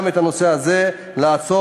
גם את הנושא הזה לעצור,